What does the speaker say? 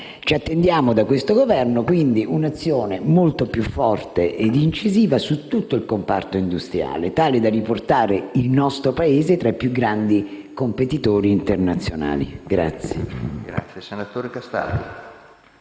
Ci attendiamo da questo Governo un'azione molto più forte e incisiva su tutto il comparto industriale, tale da riportare il nostro Paese tra i più grandi competitori internazionali.